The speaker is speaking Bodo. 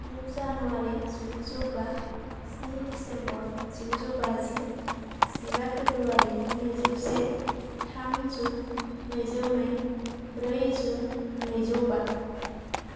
गु जानुवारि जिगुजौ बा स्नि डिसेम्बर जिगुजौ बाजि जिबा फेब्रुवारि नैजौ से थाम जुन नैजौ नै ब्रै जुन नैजौ बा